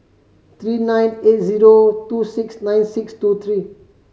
three nine eight zero two six nine six two three